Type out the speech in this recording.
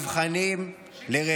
במבחנים, די, שיקלי, לא מתאים לך.